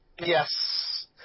Yes